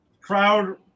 crowd